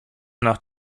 nach